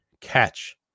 catch